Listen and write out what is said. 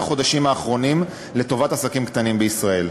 החודשים האחרונים לטובת עסקים קטנים בישראל.